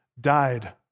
died